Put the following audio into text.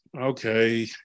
okay